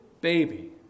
baby